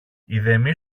ειδεμή